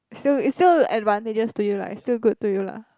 it's still it's still advantageous to you lah it's still good to you lah